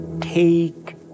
take